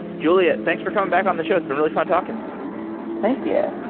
julia, thanks for coming back on the show. it's been really fun talking thank yeah